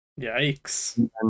Yikes